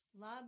Love